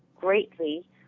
greatly